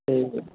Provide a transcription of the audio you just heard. ਅਤੇ